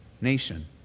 nation